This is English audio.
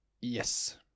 Yes